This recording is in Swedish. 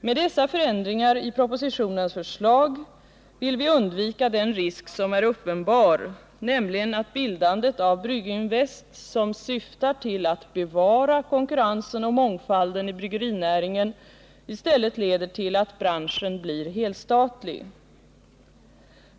Med dessa förändringar i propositionens förslag vill vi undvika den risk som är uppenbar, nämligen att bildandet av Brygginvest, som syftar till att bevara konkurrensen och mångfalden i bryggerinäringen, i stället leder till att branschen blir helstatlig.